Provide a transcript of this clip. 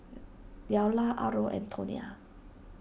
Delle Arlo and Tonia